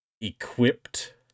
equipped